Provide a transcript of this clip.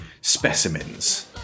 specimens